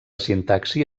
sintaxi